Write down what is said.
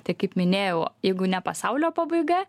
tai kaip minėjau jeigu ne pasaulio pabaiga